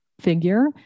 figure